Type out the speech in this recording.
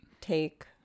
take